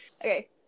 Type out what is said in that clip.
Okay